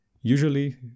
usually